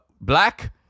black